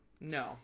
No